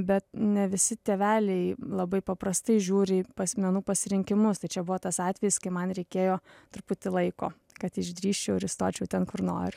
bet ne visi tėveliai labai paprastai žiūri asmenų pasirinkimus tai čia buvo tas atvejis kai man reikėjo truputį laiko kad išdrįsčiau ir įstočiau ten kur noriu